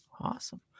Awesome